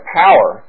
power